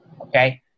okay